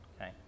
Okay